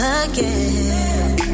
again